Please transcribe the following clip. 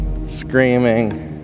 screaming